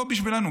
לא בשבילנו,